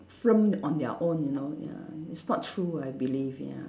film on their own you know ya it's not true I believe ya